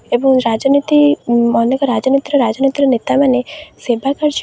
ଏବଂ ରାଜନୀତି ଅନେକ ରାଜନୀତିର ରାଜନୀତିର ନେତାମାନେ ସେବା କାର୍ଯ୍ୟ